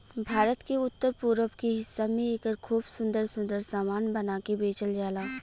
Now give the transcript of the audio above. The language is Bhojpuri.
भारत के उत्तर पूरब के हिस्सा में एकर खूब सुंदर सुंदर सामान बना के बेचल जाला